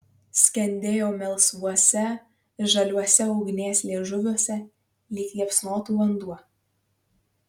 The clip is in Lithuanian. skendėjo melsvuose žaliuose ugnies liežuviuose lyg liepsnotų vanduo